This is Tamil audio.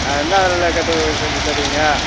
ஆ என்னா விலையில கட்டி செஞ்சித் தருவீங்க